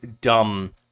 dumb